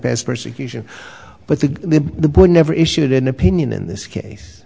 best persecution but the the board never issued an opinion in this case